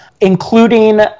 including